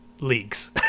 leagues